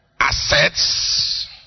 assets